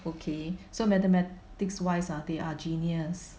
okay so mathematics-wise ah they are genius